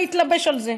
אני אתלבש על זה,